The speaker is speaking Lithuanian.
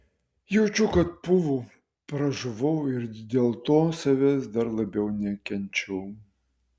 jaučiau kad pūvu pražuvau ir dėl to savęs dar labiau nekenčiau